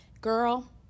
girl